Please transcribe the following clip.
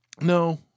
No